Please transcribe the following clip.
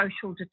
social